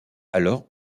alors